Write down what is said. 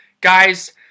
Guys